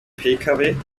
pkw